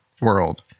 world